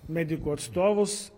medikų atstovus